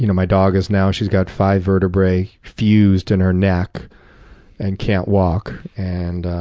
you know my dog is now, she's got five vertebrae fused in her neck and can't walk. and